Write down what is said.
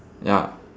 ya